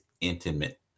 intimate